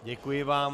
Děkuji vám.